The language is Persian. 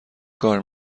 کار